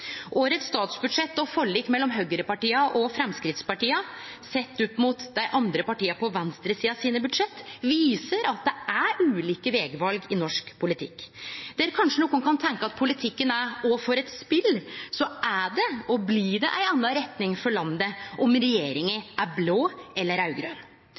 Årets statsbudsjett og forliket mellom høgrepartia og Framstegspartiet sett opp mot budsjetta til dei andre partia, på venstresida, viser at det er ulike vegval i norsk politikk. Der nokon kanskje kan tenkje at politikken er «Å, for et spill», er det – og blir det – ei anna retning for landet om regjeringa er blå eller